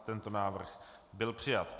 Tento návrh byl přijat.